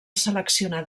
seleccionar